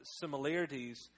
similarities